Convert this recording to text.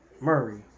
Murray